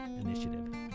Initiative